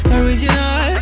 original